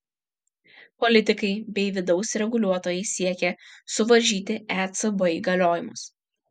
politikai bei vidaus reguliuotojai siekia suvaržyti ecb įgaliojimus